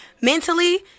mentally